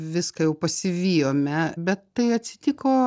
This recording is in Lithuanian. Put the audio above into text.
viską jau pasivijome bet tai atsitiko